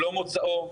לא מוצאו,